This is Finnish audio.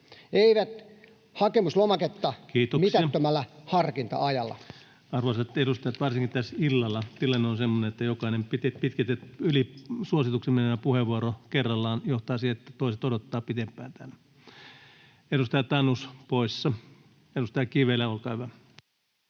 Time: 19:44 Content: Kiitoksia. — Arvoisat edustajat, varsinkin tässä illalla tilanne on semmoinen, että jokainen yli suosituksen menevä puheenvuoro kerrallaan johtaa siihen, että toiset odottavat pidempään täällä. — Edustaja Tanus poissa. — Edustaja Kivelä, olkaa hyvä.